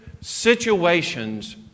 situations